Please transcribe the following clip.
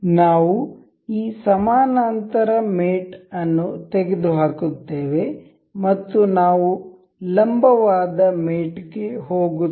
ನಾವು ಈ ಸಮಾನಾಂತರ ಮೇಟ್ ಅನ್ನು ತೆಗೆದುಹಾಕುತ್ತೇವೆ ಮತ್ತು ನಾವು ಲಂಬವಾ ದ ಮೇಟ್ಗೆ ಹೋಗುತ್ತೇವೆ